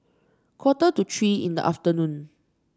quarter to three in the afternoon